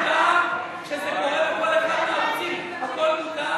כשזה קורה, הכול מותר?